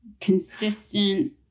consistent